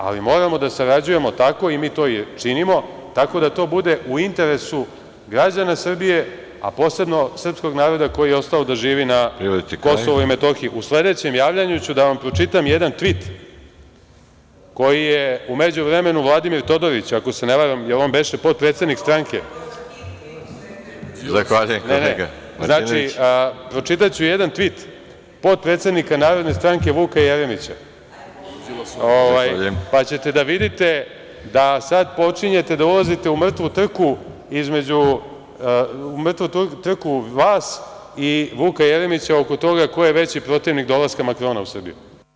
Ali, moramo da sarađujemo tako, i mi to činimo, tako da to bude u interesu građana Srbije, a posebno srpskog naroda koji je ostao da živi na KiM. (Predsedavajući: Privodite kraju.) U sledećem javljanju ću da vam pročitam jedan tvit koji je u međuvremenu Vladimir Todorić, ako se ne varam, jel on beše potpredsednik stranke, potpredsednika Narodne stranke Vuka Jeremića, pa ćete da vidite da sad počinjete da ulazite u mrtvu trku vas i Vuka Jeremića oko toga ko je veći protivnik dolaska Makrona u Srbiju.